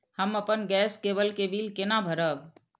हम अपन गैस केवल के बिल केना भरब?